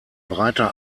breiter